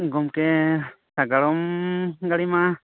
ᱜᱚᱢᱠᱮ ᱥᱟᱜᱟᱲᱚᱢ ᱜᱟᱹᱰᱤ ᱢᱟ